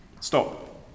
Stop